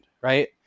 right